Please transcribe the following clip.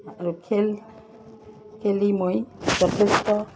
আৰু খেল খেলি মই যথেষ্ট